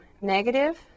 negative